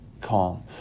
calm